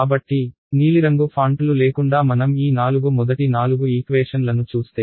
కాబట్టి నీలిరంగు ఫాంట్లు లేకుండా మనం ఈ నాలుగు మొదటి నాలుగు ఈక్వేషన్ లను చూస్తే